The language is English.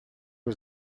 was